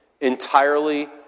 entirely